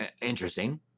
interesting